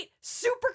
Super